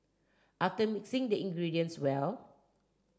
after mixing the ingredients well